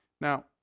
Now